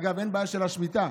אגב, אין בעיה של השמיטה.